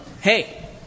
Hey